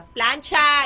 Plancha